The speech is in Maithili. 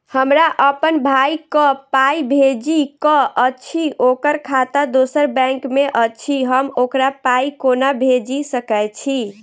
हमरा अप्पन भाई कऽ पाई भेजि कऽ अछि, ओकर खाता दोसर बैंक मे अछि, हम ओकरा पाई कोना भेजि सकय छी?